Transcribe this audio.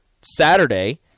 Saturday